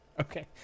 Okay